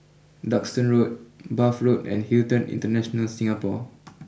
Duxton Road Bath Road and Hilton International Singapore